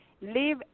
Leave